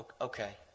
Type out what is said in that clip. okay